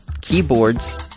keyboards